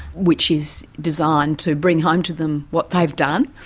which is designed to bring home to them what they've done.